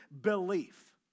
belief